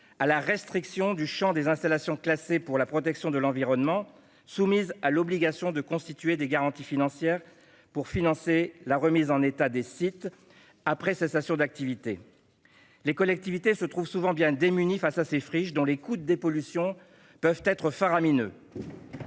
à la restriction du champ des installations classées pour la protection de l'environnement (ICPE), qui sont soumises à l'obligation de constituer des garanties financières pour financer la remise en état des sites après cessation d'activité : les collectivités se trouvent souvent bien démunies face à ces friches dont les coûts de dépollution peuvent être faramineux.